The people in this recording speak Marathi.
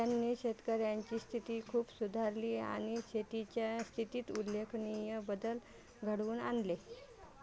त्यांनी शेतकर्यांची स्थिती खूप सुधारली आणि शेतीच्या स्थितीत उल्लेखनीय बदल घडवून आणले